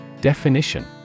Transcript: Definition